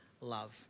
love